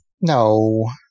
No